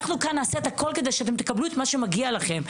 אנחנו כאן נעשה הכול כדי שאתם תקבלו את מה שמגיע לכם,